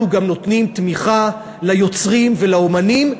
אנחנו גם נותנים תמיכה ליוצרים ולאמנים,